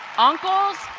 uncles,